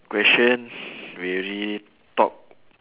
question we really talk